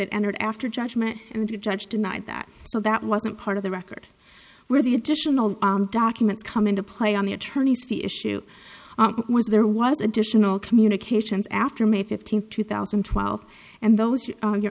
it entered after judgment and judge denied that so that wasn't part of the record where the additional documents come into play on the attorney's fee issue was there was additional communications after may fifteenth two thousand and twelve and those on your